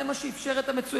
זה מה שאפשר את המצוינות,